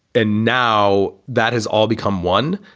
and now that has all become one.